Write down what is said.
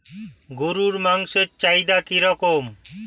গরুর মাংসের চাহিদা কি রকম?